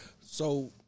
So-